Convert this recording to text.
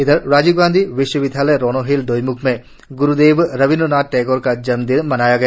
इधर राजीव गांधी विश्वविद्यालय रोनोहिल्स दोइम्ख में ग्रुदेव रवींद्रनाथ टैगोर का जन्म दिन मनाया गया